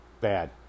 bad